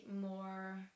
more